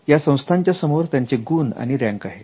या संस्थांच्या समोर त्यांचे गुण आणि रँक आहे